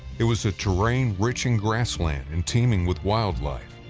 it was a terrain rich in grassland, and teeming with wildlife